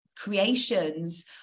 creations